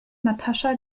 natascha